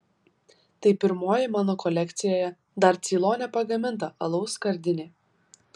tai pirmoji mano kolekcijoje dar ceilone pagaminta alaus skardinė